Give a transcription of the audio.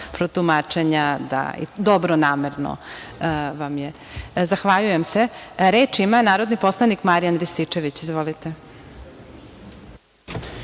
protumačenja, dobronamerno je. Zahvaljujem se. Reč ima narodni poslanik Marijan Rističević. **Marijan